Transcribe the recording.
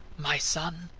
my son,